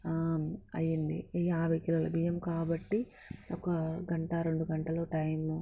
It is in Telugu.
అయ్యింది యాభై కిలోల బియ్యం కాబట్టి ఒక గంట రెండు గంటలు టైం